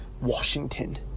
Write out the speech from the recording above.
Washington